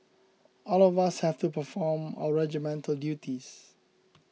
all of us have to perform our regimental duties